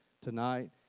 tonight